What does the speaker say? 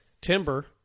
timber